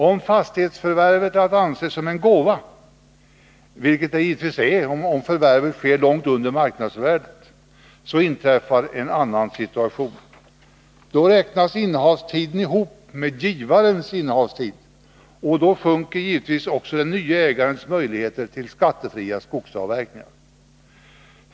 Om fastighetsförvärvet däremot är att anse som en gåva, vilket det givetvis också är om förvärvet sker till ett pris långt under marknadsvärdet, uppstår en annan situation. Då räknas innehavstiden ihop med givarens innehavstid, och då sjunker givetvis den nye ägarens möjligheter till skattefria skogsavverkningar.